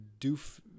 doof